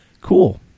Cool